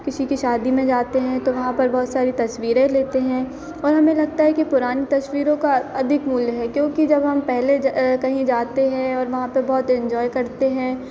किसी की शादी में जाते हैं तो वहाँ पर बहुत सारी तस्वीरें लेते हैं और हमें लगता है कि पुरानी तस्वीरों का अधिक मूल्य है क्योंकि जब हम पहले जब कहीं जाते हैं और वहाँ पर बहुत एंजॉय करते हैं